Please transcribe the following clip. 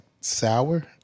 sour